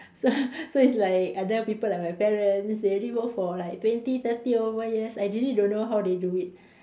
so so it's like I tell people like my parents they already work for like twenty thirty over years I really need to know how they do it